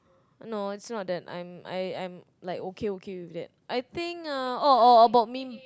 no it's not that I'm I'm I'm like okay okay with that I think uh oh oh oh about me